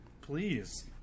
please